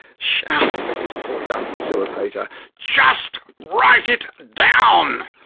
shouting at this poor young facilitator just write it down!